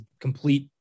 complete